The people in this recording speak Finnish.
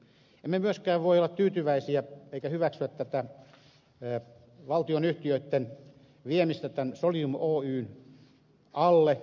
emme myöskään voi olla tyytyväisiä emmekä hyväksyä tätä valtionyhtiöitten viemistä tämän solidium oyn alle